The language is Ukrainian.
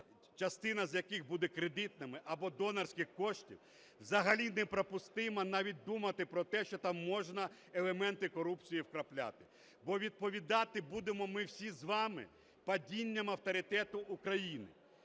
частина з яких буде кредитна або донорських кошти, взагалі неприпустимо навіть думати про те, що там можна елементи корупції вкрапляти. Бо відповідати будемо ми всі з вами падінням авторитету України.